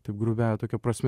taip grubiąja tokia prasme